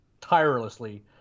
tirelessly